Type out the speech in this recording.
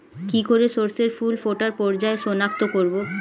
কি করে শস্যের ফুল ফোটার পর্যায় শনাক্ত করব?